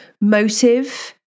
motive